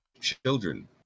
children